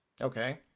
Okay